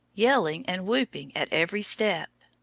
yelling and whooping at every step.